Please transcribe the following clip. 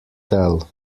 tell